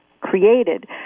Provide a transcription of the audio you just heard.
created